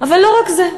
אבל לא רק זה.